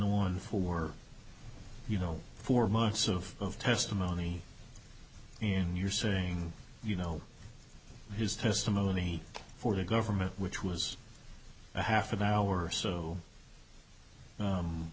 on for you know four months of testimony and you're saying you know his testimony for the government which was a half an hour or so